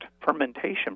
fermentation